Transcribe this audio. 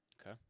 Okay